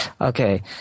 Okay